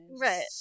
Right